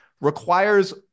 requires